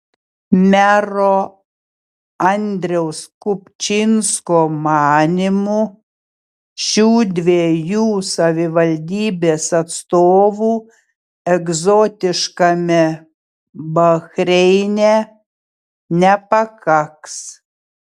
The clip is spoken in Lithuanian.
mero andriaus kupčinsko manymu šių dviejų savivaldybės atstovų egzotiškame bahreine nepakaks